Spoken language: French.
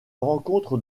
rencontre